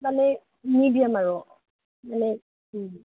মানে মিডিয়াম আৰু মানে